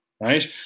right